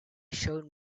showed